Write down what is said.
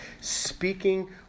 speaking